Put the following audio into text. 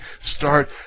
start